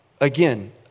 again